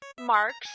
marks